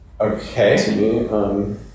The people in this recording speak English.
Okay